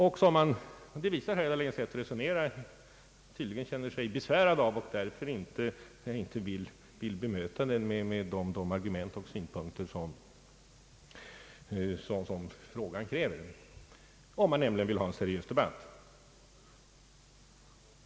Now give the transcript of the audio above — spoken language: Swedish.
Herr Dahléns sätt att resonera visar tydligt att man känner sig besvärad av hennes fråga och inte vill bemöta den med de argument och synpunkter som frågan kräver, om man nämligen vill ha en seriös debatt.